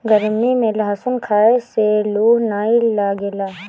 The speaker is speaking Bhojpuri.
गरमी में शहतूत खाए से लूह नाइ लागेला